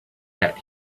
that